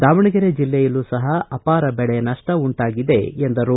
ದಾವಣಗೆರೆ ಜಿಲ್ಲೆಯಲ್ಲೂ ಸಪ ಅಪಾರ ಬೆಳೆ ನಪ್ಪ ಉಂಟಾಗಿದೆ ಎಂದರು